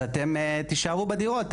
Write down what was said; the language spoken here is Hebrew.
אז אתם תישארו בדירות,